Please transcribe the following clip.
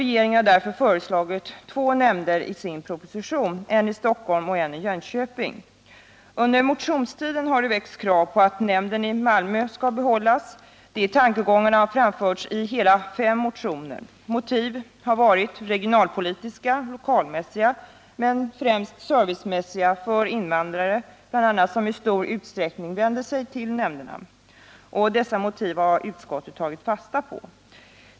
Regeringen föreslog i sin proposition två nämnder — en i Stockholm och en i Jönköping. Under motionstiden har det väckts krav på att nämnden i Malmö skall behållas. Sådana tankegångar har framförts i hela fem motioner. Motiven har varit regionalpolitiska och lokalmässiga men främst tagit sikte på servicen för invandrare, som i stor utsträckning vänder sig till nämnderna. Dessa motiv har utskottet tagit fasta på.